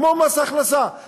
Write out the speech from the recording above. כמו מס הכנסה,